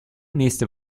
nächste